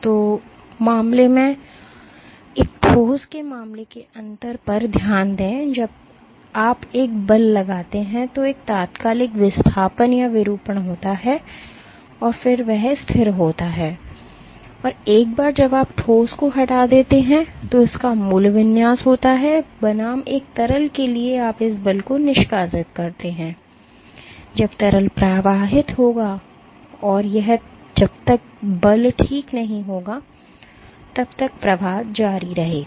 तो मामले मेंएक ठोस के मामले में अंतर पर ध्यान दें जब आप एक बल लगाते हैं तो एक तात्कालिक विस्थापन या विरूपण होता है और फिर वह स्थिर होता है और एक बार जब आप ठोस को हटा देते हैं तो इसका मूल विन्यास होता है बनाम एक तरल के लिए आप उस बल को निष्कासित करते हैं जब तरल प्रवाहित होगा और यह जब तक बल ठीक नहीं होगा तब तक प्रवाह जारी रहेगा